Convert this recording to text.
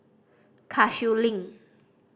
Cashew Link